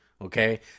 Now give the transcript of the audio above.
Okay